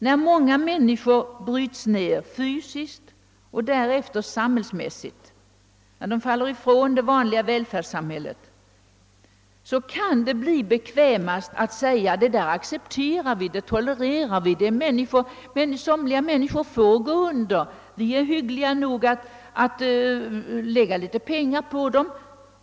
När många människor bryts ned fysiskt och därefter samhällsmässigt, när de faller utanför det vanliga välfärdssamhället, kan det vara bekvämast att säga: Det accepterar vi, det tolererar vi. Somliga människor får gå under. Vi är hyggliga nog att lägga ned litet pengar på dem.